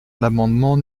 l’amendement